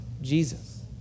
Jesus